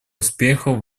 успехов